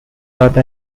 other